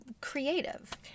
creative